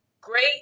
great